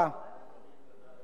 התעבורה (מס' 97) (ריכוז אלכוהול שונה לנהגים